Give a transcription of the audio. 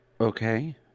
Okay